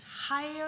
higher